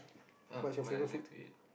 ah what I like to eat